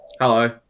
Hello